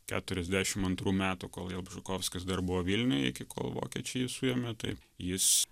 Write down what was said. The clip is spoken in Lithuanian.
keturiasdešim antrų metų kol jalbžykovskis dar buvo vilniuje iki kol vokiečiai jį suėmė tai jis